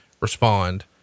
respond